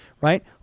Right